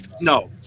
no